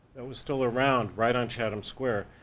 that was still around right on chatham square,